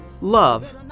love